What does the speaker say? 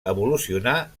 evolucionar